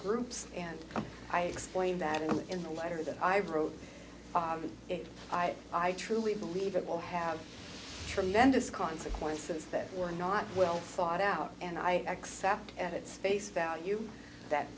groups and i explained that in the letter that i wrote it i i truly believe it will have tremendous consequences that were not well thought out and i accept at its face value that